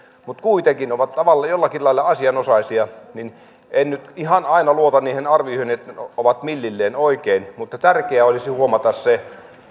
mutta kuitenkin ovat jollakin lailla asianosaisia niin en nyt ihan aina luota niihin arvioihin että ne ovat millilleen oikein mutta tärkeää olisi huomata se